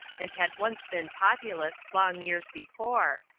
and had once been populous, long years before,